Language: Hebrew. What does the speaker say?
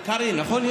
קרעי, נכון?